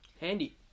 Handy